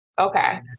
Okay